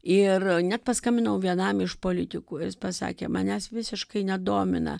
ir net paskambinau vienam iš politikų jis pasakė manęs visiškai nedomina